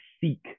seek